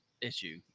issue